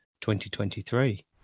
2023